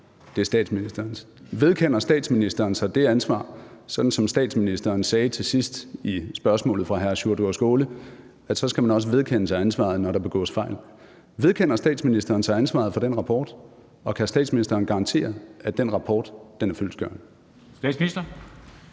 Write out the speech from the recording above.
det er statsministerens. Vedkender statsministeren sig det ansvar, sådan som statsministeren sagde til sidst i sit svar på spørgsmålet fra hr. Sjúrður Skaale, altså at så skal man også vedkende sig ansvaret, når der begås fejl? Vedkender statsministeren sig ansvaret for den rapport, og kan statsministeren garantere, at den rapport er fyldestgørende?